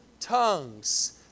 tongues